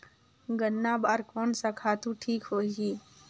गन्ना बार कोन सा खातु ठीक होही?